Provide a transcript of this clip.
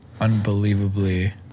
unbelievably